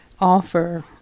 offer